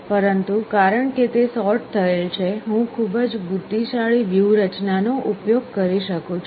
પરંતુ કારણ કે તે સૉર્ટ થયેલ છે હું ખૂબ જ બુદ્ધિશાળી વ્યૂહરચના નો ઉપયોગ કરી શકું છું